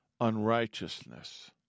unrighteousness